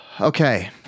Okay